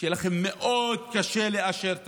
שיהיה לכם מאוד קשה לאשר תקציב.